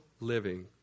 living